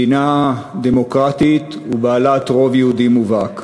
מדינה דמוקרטית ובעלת רוב יהודי מובהק,